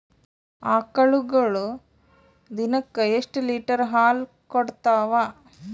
ಆಕಳುಗೊಳು ದಿನಕ್ಕ ಎಷ್ಟ ಲೀಟರ್ ಹಾಲ ಕುಡತಾವ?